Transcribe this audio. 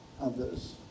others